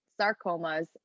sarcomas